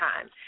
time